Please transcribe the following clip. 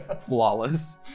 flawless